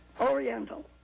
oriental